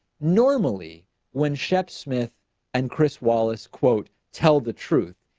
normally when shep smith and chris wallace quote, tell the truth,